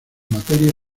materia